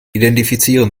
identifizieren